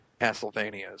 Castlevanias